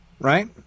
right